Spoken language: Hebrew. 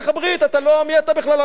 מי אתה בכלל עם ישראל?